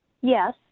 Yes